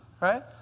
right